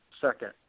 second